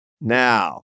Now